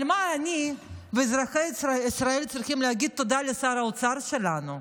על מה אני ואזרחי ישראל צריכים להגיד תודה לשר האוצר שלנו?